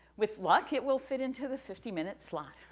with luck, it will fit into the fifty minute slot.